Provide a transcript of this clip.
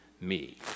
me